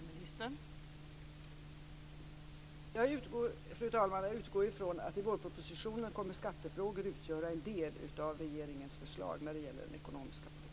Fru talman! Jag utgår från att i vårpropositionen kommer skattefrågor att utgöra en del av regeringens förslag när det gäller den ekonomiska politiken.